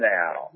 now